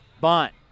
Bunt